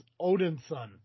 Odinson